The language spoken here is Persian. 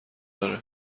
داره